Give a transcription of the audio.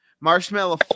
Marshmallow